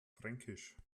fränkisch